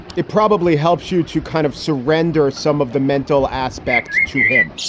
it probably helps you to kind of surrender some of the mental aspect to him.